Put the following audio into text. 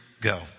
go